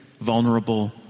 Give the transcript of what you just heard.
vulnerable